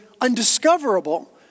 undiscoverable